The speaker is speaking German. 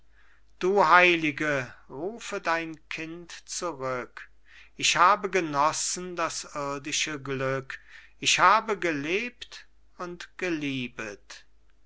du heilige rufe dein kind zurück ich habe genossen das irdische glück ich habe gelebt und geliebet